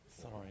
sorry